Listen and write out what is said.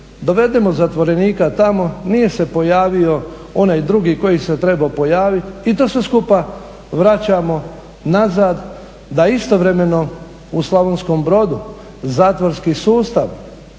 Dovedemo zatvorenika tamo, nije se pojavo onaj drugi koji se trebao pojaviti i to sve skupa vraćamo nazad da istovremeno u Slavonskom Brodu zatvorski sustav,